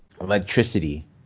electricity